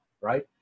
right